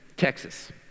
Texas